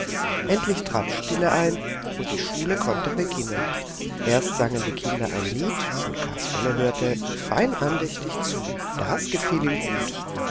endlich trat stille ein und die schule konnte beginnen erst sangen die kinder ein lied und kasperle hörte fein andächtig zu das gefiel ihm gut